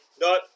No